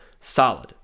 solid